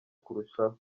kurushaho